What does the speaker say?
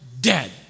dead